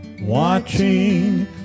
watching